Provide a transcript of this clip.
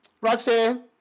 Roxanne